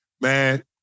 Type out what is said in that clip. man